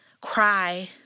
cry